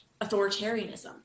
authoritarianism